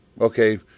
Okay